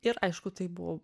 ir aišku tai buvo